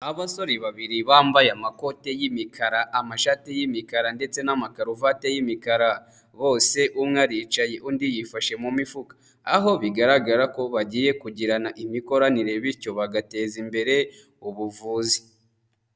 Abasore babiri bambaye amakote y'imikara, amashati y'imikara ndetse n'amakaruvate y'imikara, bose umwe aricaye undi yifashe mu mifuka, aho bigaragara ko bagiye kugirana imikoranire bityo bagateza imbere ubuvuzi.